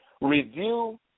review